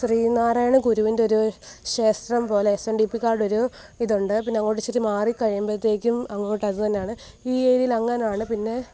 ശ്രീനാരായണ ഗുരുവിൻ്റെ ഒരു ഷേസ്ത്രം പോലെ എസ് എൻ ഡി പികാരുടെ ഒരു ഇതുണ്ട് പിന്നെ അങ്ങോട്ട് ഇച്ചിരി മാറിക്കഴിയുമ്പോഴത്തേക്കും അങ്ങോട്ട് അതു തന്നെയാണ് ഈ ഏരിയയിൽ അങ്ങനെയാണ് പിന്നെ